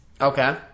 Okay